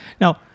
Now